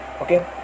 Okay